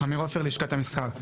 עמיר עופר, לשכת המסחר.